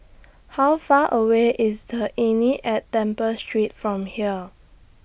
How Far away IS The Inn At Temple Street from here